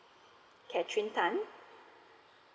okay three times